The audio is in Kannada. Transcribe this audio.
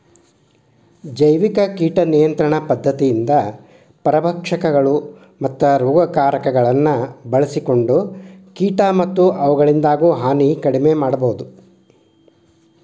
ಜೈವಿಕ ಕೇಟ ನಿಯಂತ್ರಣ ಪದ್ಧತಿಯಿಂದ ಪರಭಕ್ಷಕಗಳು, ಮತ್ತ ರೋಗಕಾರಕಗಳನ್ನ ಬಳ್ಸಿಕೊಂಡ ಕೇಟ ಮತ್ತ ಅವುಗಳಿಂದಾಗೋ ಹಾನಿ ಕಡಿಮೆ ಮಾಡಬೋದು